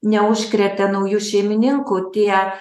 neužkrėtė naujų šeimininkų tie